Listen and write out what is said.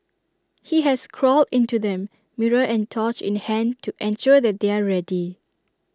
he has crawled into them mirror and torch in hand to ensure that they are ready